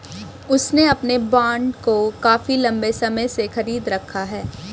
उसने अपने बॉन्ड को काफी लंबे समय से खरीद रखा है